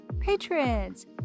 patrons